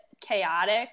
chaotic